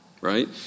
right